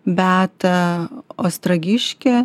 beata ostrogiškė